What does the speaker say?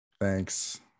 Thanks